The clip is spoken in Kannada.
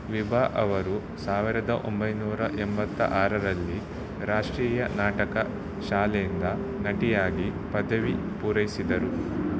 ವಿಭಾ ಅವರು ಸಾವಿರದ ಒಂಬೈನೂರ ಎಂಬತ್ತ ಆರರಲ್ಲಿ ರಾಷ್ಟ್ರೀಯ ನಾಟಕ ಶಾಲೆಯಿಂದ ನಟಿಯಾಗಿ ಪದವಿ ಪೂರೈಸಿದರು